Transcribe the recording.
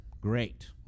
Great